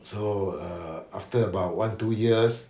so err after about one two years